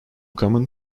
common